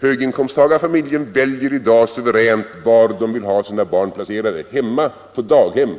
Höginkomstfamiljen väljer i dag suveränt var den vill ha sina barn placerade - hemma, på daghem,